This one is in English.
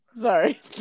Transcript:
Sorry